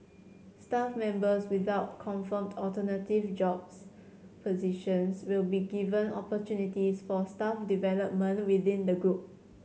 staff members without confirmed alternative jobs positions will be given opportunities for staff development within the group